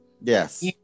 Yes